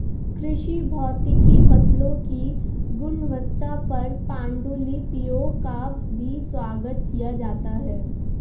कृषि भौतिकी फसलों की गुणवत्ता पर पाण्डुलिपियों का भी स्वागत किया जाता है